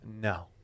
no